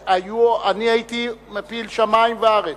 אני הייתי מפיל שמים וארץ.